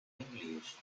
english